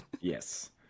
Yes